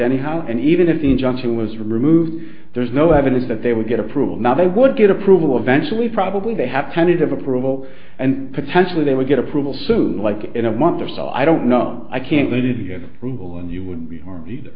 anyhow and even if the injunction was removed there's no evidence that they would get approval now they would get approval eventually probably they have kind of approval and potentially they would get approval soon like in a month or so i don't know i can't that is a good rule and you would be harmed either